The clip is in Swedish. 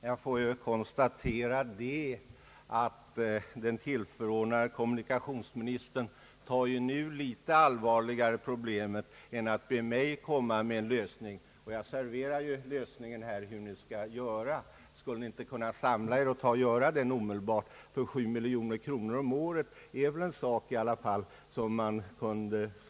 Herr talman! Jag konstaterar att den tillförordnade :kommunikationsministern nu ser litet allvarligare på problemet än då han bad mig komma med en lösning. Jag har dock serverat en sådan. Skulle ni inte kunna sätta den i verket omedelbart? 7 miljoner kronor om året är ju ändå en stor summa pengar.